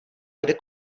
vede